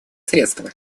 средства